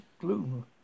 gloom